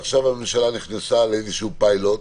עכשיו הממשלה נכנסה לאיזה שהוא פיילוט,